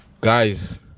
guys